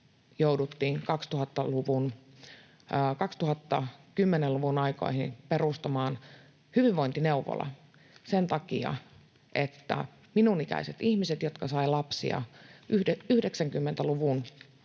jouduttiin 2010-luvun aikoihin perustamaan hyvinvointineuvola, sen takia, että minun ikäisilläni ihmisillä, jotka saivat lapsia, 90-luvun